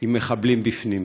עם מחבלים בפנים.